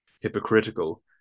hypocritical